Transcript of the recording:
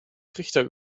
trichter